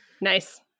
Nice